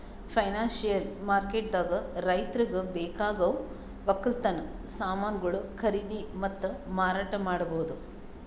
financial ಮಾರ್ಕೆಟ್ದಾಗ್ ರೈತರಿಗ್ ಬೇಕಾಗವ್ ವಕ್ಕಲತನ್ ಸಮಾನ್ಗೊಳು ಖರೀದಿ ಮತ್ತ್ ಮಾರಾಟ್ ಮಾಡ್ಬಹುದ್